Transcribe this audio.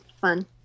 fun